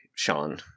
Sean